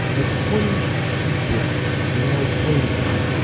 of twenty deep breaths and i'll explain it to